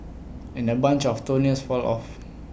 and A bunch of toenails fall off